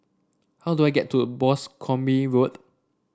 how do I get to Boscombe Road